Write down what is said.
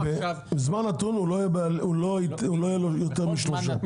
בזמן נתון לא יהיו לו יותר משלושה.